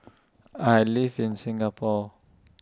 I live in Singapore